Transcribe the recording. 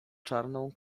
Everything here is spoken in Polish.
czarną